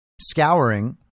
scouring